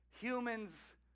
Humans